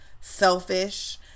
selfish